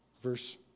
Verse